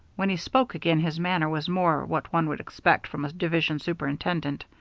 when he spoke again, his manner was more what one would expect from a division superintendent.